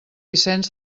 vicent